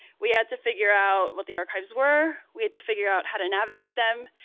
we had to figure out what the archives were, we had to figure out how to navigate them.